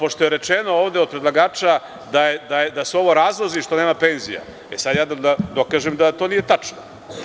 Ovde je rečeno od predlagača da su ovo razlozi što nema penzija, pa ja sada da dokažem da to nije tačno.